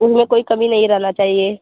उनमें कोई कमी नहीं रहना चाहिए